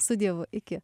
su dievu iki